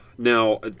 Now